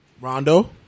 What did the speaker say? Rondo